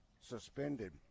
suspended